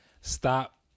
stop